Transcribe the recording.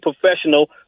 professional